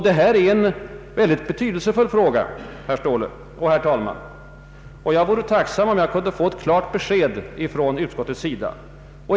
Detta är en betydelsefull fråga, herr Ståhle. Jag vore tacksam om jag kunde få ett klart besked från utskottet.